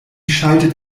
schaltet